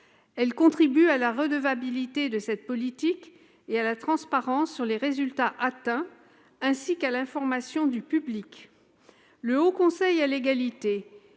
contribue à la redevabilité de cette politique, à la transparence sur les résultats atteints et à l'information du public. Le Haut Conseil à l'égalité